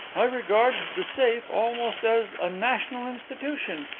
i regard the safe almost as a national institution,